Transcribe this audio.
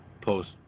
post